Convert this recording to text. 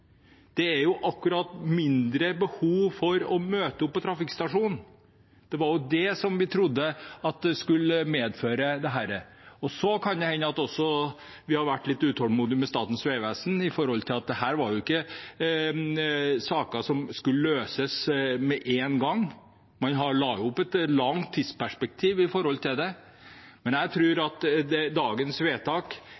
Det var akkurat mindre behov for å møte opp på trafikkstasjonen vi trodde dette skulle medføre. Så kan det hende at vi har vært litt utålmodige med Statens vegvesen når det gjelder at dette ikke var saker som skulle løses med en gang. Man la opp til et langt tidsperspektiv for det. Jeg tror dagens vedtak er helt på sin plass nå. Vi må være enda sikrere på at det